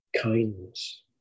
kindness